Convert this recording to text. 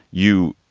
you